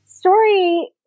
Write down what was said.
story